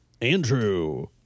Andrew